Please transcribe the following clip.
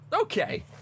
okay